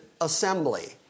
assembly